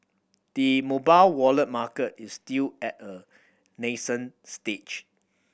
the mobile wallet market is still at a nascent stage